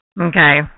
Okay